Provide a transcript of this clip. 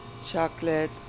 chocolate